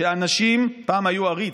הוא שפעם היה עריץ,